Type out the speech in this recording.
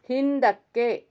ಹಿಂದಕ್ಕೆ